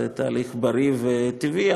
זה תהליך בריא וטבעי.